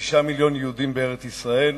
כ-6 מיליוני יהודים בארץ-ישראל,